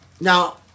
Now